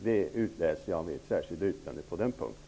Detta utläser jag av ert särskilda yttrande på den punkten.